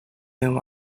whom